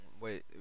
Wait